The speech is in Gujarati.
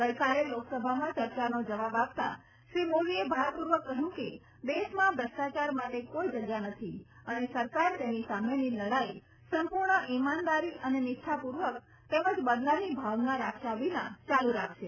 ગઈકાલે લોકસભામાં ચર્ચાનો જવાબ આપતા શ્રી મોદીએ ભારપૂર્વક કહયું કે દેશમાં ભ્રષ્ટાચાર માટે કોઈ જગા નથી અને સરકાર તેની સામેની લડાઈ સંપુર્ણ ઈમાનદારી અને નિષ્ઠાપુર્વક તેમજ બદલાની ભાવના રાખ્યા વિના ચાલુ રાખશે